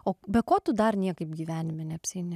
o be ko tu dar niekaip gyvenime neapsieini